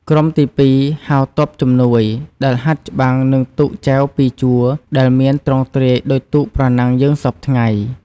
ក្រុមទី២ ហៅ ទ័ពជំនួយ ដែលហាត់ច្បាំង និងទូកចែវពីរជួរដែលមានទ្រង់ទ្រាយដូចទូក ប្រណាំងយើងសព្វថ្ងៃ។